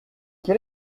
quel